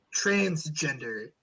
transgender